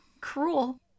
cruel